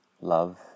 Love